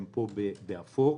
הם מסומנים באפור.